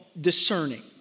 Discerning